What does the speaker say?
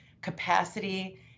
capacity